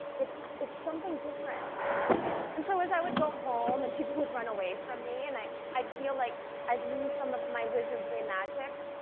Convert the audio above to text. it's it's something different and so as i would go home and people would run away from me and i'd feel like i'd lose some of my wizardry magic,